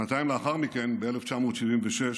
שנתיים לאחר מכן, ב-1976,